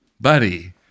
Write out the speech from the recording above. Buddy